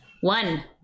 One